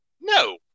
no